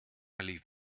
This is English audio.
leave